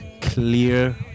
clear